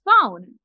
phone